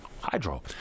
hydro